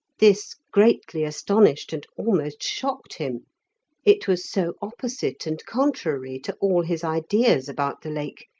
this greatly astonished and almost shocked him it was so opposite and contrary to all his ideas about the lake,